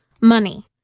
money